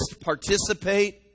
participate